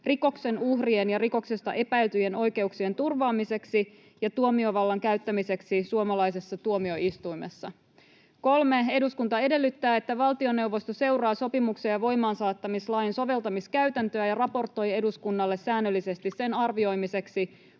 rikoksen uhrien ja rikoksesta epäiltyjen oikeuksien turvaamiseksi ja tuomiovallan käyttämiseksi suomalaisessa tuomioistuimessa. 3. Eduskunta edellyttää, että valtioneuvosto seuraa sopimuksen ja voimaansaattamislain soveltamiskäytäntöä ja raportoi eduskunnalle säännöllisesti sen arvioimiseksi,